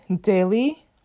daily